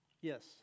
Yes